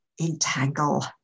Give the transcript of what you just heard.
entangle